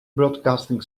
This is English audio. broadcasting